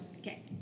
Okay